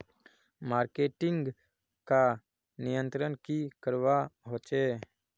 Marketing का नियंत्रण की करवा होचे?